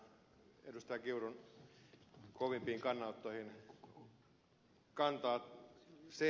kiurun kovimpiin kannanottoihin kantaa